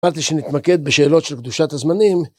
אמרתי שנתמקד בשאלות של קדושת הזמנים.